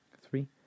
three